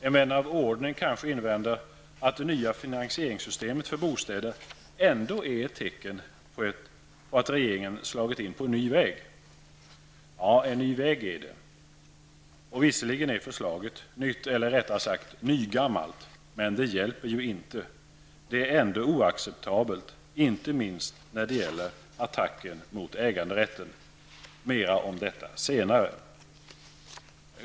En vän av ordningen kanske invänder att det nya finansieringssystemet för bostäder ändå är ett tecken på att regeringen slagit in på en ny väg. Ja, en ny väg är det. Visserligen är förslaget nytt, eller rättare sagt nygammalt, men det hjälper inte. Det är ändå oacceptabelt, inte minst när det gäller attacken mot äganderätten. Mera om detta senare.